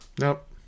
Nope